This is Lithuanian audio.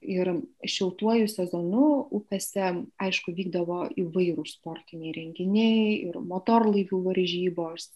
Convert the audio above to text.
ir šiltuoju sezonu upėse aišku vykdavo įvairūs sportiniai renginiai ir motorlaivių varžybos